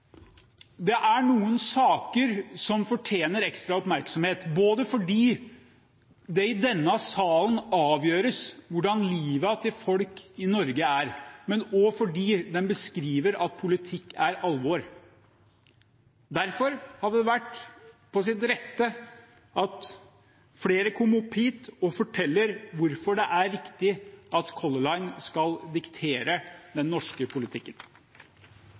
Det er noen saker som fortjener ekstra oppmerksomhet, både fordi det i denne salen avgjøres hvordan livet til folk i Norge vil bli, og fordi en sier at politikk er alvor. Derfor hadde det vært rett at flere kom opp hit og fortalte hvorfor det er riktig at Color Line skal diktere den norske politikken.